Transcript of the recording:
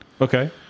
Okay